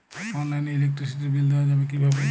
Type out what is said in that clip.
অনলাইনে ইলেকট্রিসিটির বিল দেওয়া যাবে কিভাবে?